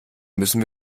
müssen